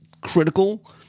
critical